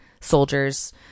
soldiers